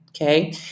okay